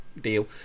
deal